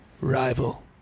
rival